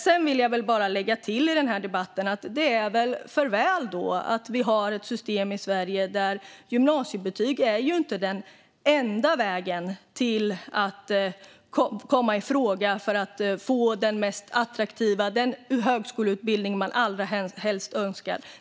Sedan vill jag bara lägga till i denna debatt att det väl då är för väl att vi har ett system i Sverige där gymnasiebetyg inte är den enda vägen för att komma i fråga för den högskoleutbildning man allra helst önskar.